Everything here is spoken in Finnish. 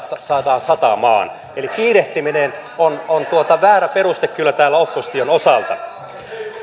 saadaan satamaan elikkä kiirehtiminen on on väärä peruste kyllä täällä opposition osalta